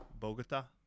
Bogota